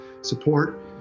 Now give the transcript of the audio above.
support